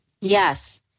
Yes